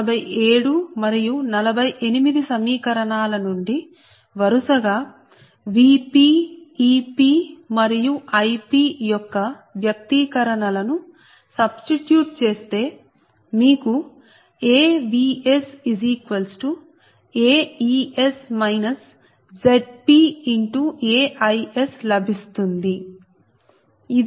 46 47 మరియు 48 సమీకరణాల నుండి వరుసగా Vp Ep మరియు Ip యొక్క వ్యక్తీకరణ ల ను సబ్స్టిట్యూట్ చేస్తే మీకు A VsAEs ZpAIs లభిస్తుంది